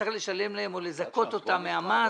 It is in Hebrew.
צריך לשלם להם או לזכות אותם על המס.